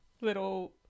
little